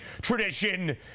tradition